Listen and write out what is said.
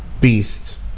beast